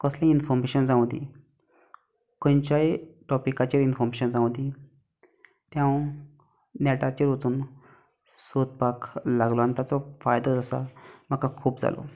कसलीय इनफोर्मेशन जावं दी खंयच्याय टोपिकाचेर इनफोर्मेशन जावं दी तें हांव नेटाचेर वचून सोदपाक लागलो आनी ताचो फायदो आसा म्हाका खूब जालो